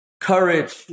courage